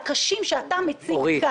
הקשים שאתה מציג כאן,